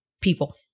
people